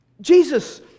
Jesus